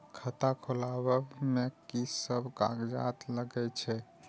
खाता खोलाअब में की सब कागज लगे छै?